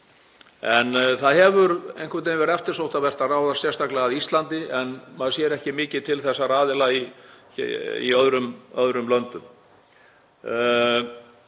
En það hefur einhvern veginn verið eftirsóknarvert að ráðast sérstaklega að Íslandi, maður sér ekki mikið til þessara aðila í öðrum löndum.